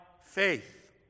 faith